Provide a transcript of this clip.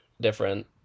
different